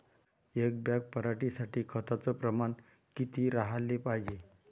एक बॅग पराटी साठी खताचं प्रमान किती राहाले पायजे?